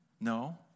No